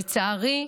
לצערי,